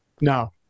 no